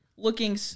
looking